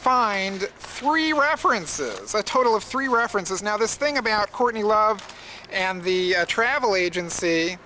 find three references a total of three references now this thing about courtney love and the travel agency